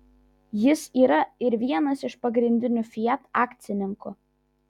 jis yra ir vienas iš pagrindinių fiat akcininkų